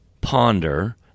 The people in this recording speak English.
ponder